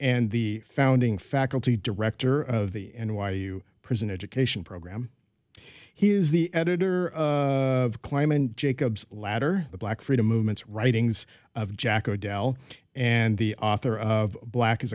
and the founding faculty director of the n y u prison education program he is the editor of climb and jacob's ladder the black freedom movements writings of jack o'dell and the author of black